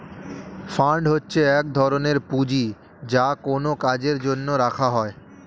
fund হচ্ছে এক ধরনের পুঁজি যা কোনো কাজের জন্য রাখা হয়